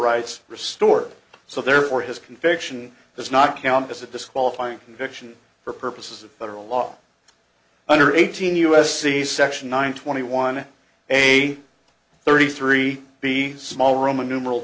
rights restored so therefore his conviction is not counted as a disqualifying conviction for purposes of federal law under eighteen u s c section nine twenty one a thirty three b small roman numeral